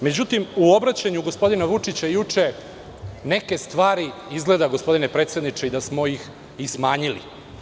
Međutim, u obraćanju gospodina Vučića juče, neke stvari, izgleda, gospodine predsedniče, da smo smanjili.